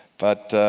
but